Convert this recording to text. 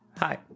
Hi